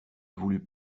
voulut